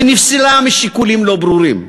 ונפסלה משיקולים לא ברורים.